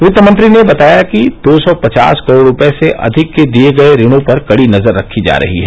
वित्त मंत्री ने बताया कि दो सौ पचास करोड़ रुपये से अधिक के दिए गए ऋणों पर कड़ी नजर रखी जा रही है